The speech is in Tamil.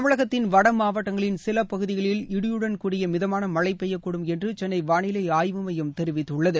தமிழகத்தின் வட மாவட்டங்களின் சில பகுதிகளில் இடியுடன் கூடிய மிதமான மழை பெய்யக்கூடும் என்று சென்னை வானிலை ஆய்வு மையம் தெரிவித்துள்ளது